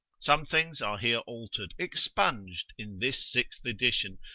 some things are here altered, expunged in this sixth edition,